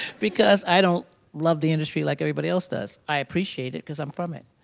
because i don't love the industry like everybody else does. i appreciate it because i'm from it.